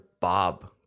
bob